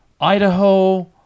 Idaho